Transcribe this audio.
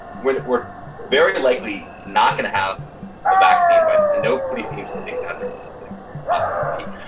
we're we're very likely not going to have a vaccine, but nobody seems to think that's realistic possibility,